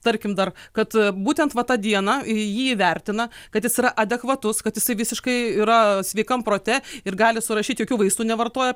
tarkim dar kad būtent va tą dieną į jį įvertina kad jis yra adekvatus kad jisai visiškai yra sveikam prote ir gali surašyt jokių vaistų nevartoja